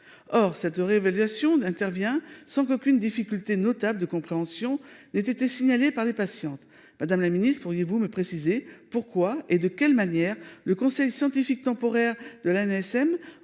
Or cette réévaluation n'intervient sans qu'aucune difficulté notable de compréhension n'ait été signalés par les patientes, madame la Ministre, pourriez-vous me préciser pourquoi. Et de quelle manière le conseil scientifique temporaire de l'ANSM